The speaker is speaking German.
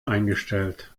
eingestellt